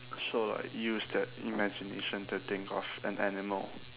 so like use their imagination to think of an animal